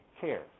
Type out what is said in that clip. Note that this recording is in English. care